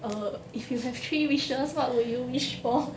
uh if you have three wishes what would you wish for